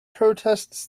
protests